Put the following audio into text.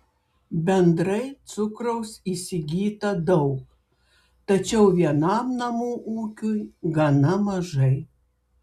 bendrai cukraus įsigyta daug tačiau vienam namų ūkiui gana mažai